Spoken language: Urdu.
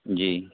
جی